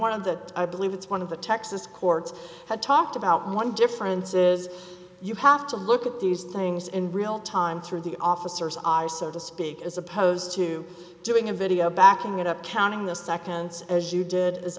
of the i believe it's one of the texas courts had talked about one difference is you have to look at these things in real time through the officers eyes so to speak as opposed to doing a video backing it up counting the seconds as you did